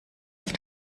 auf